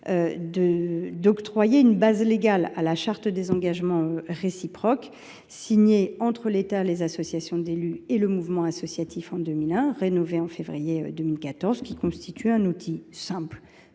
donner une base légale à la charte des engagements réciproques, signée entre l’État, les associations d’élus et le mouvement associatif en 2001, avant d’être rénovée en février 2014. Celle ci constitue un outil simple,